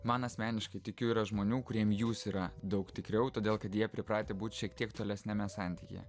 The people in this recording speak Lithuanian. man asmeniškai tikiu yra žmonių kuriem jūs yra daug tikriau todėl kad jie pripratę būt šiek tiek tolesniame santykyje